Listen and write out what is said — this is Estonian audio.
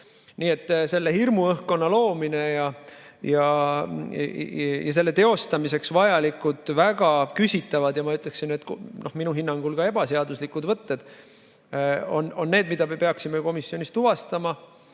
Nii et selle hirmuõhkkonna loomine ja selle teostamiseks vajalikud väga küsitavad ja minu hinnangul ka ebaseaduslikud võtted on need, mida me peaksime komisjonis tuvastama,